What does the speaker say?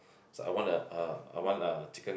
I want a a I want a chicken